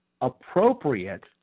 appropriate